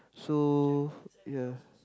so ya